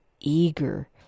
eager